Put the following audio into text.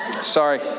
Sorry